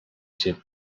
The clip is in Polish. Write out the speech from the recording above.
się